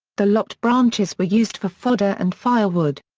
the lopped branches were used for fodder and firewood.